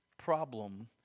problem